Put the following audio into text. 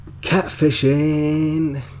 Catfishing